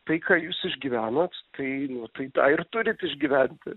tai ką jūs išgyvenat tai nu tai tą ir turit išgyventi